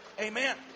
Amen